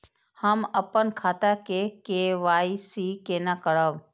हम अपन खाता के के.वाई.सी केना करब?